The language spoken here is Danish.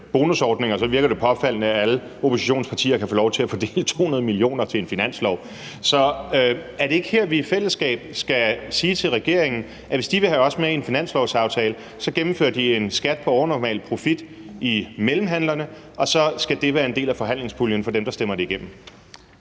så virker det påfaldende, at alle oppositionspartier kan få lov til at fordele 200 mio. kr. til en finanslov. Så er det ikke her, vi i fællesskab skal sige til regeringen, at hvis de vil have os med i en finanslovsaftale, så gennemfører de en skat på overnormal profit for mellemhandlerne, og så skal det være en del af forhandlingspuljen for dem, der stemmer det igennem?